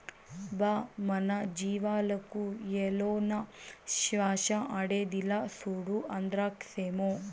బా మన జీవాలకు ఏలనో శ్వాస ఆడేదిలా, సూడు ఆంద్రాక్సేమో